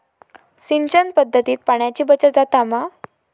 सिंचन पध्दतीत पाणयाची बचत जाता मा?